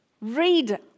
read